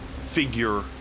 figure